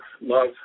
love